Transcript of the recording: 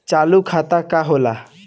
चालू खाता का होला?